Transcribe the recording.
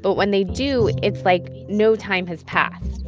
but when they do, it's like no time has passed